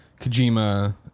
Kojima